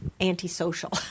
antisocial